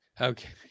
Okay